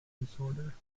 disorder